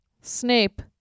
Snape